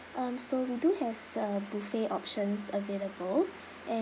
um so we do have the buffet options available and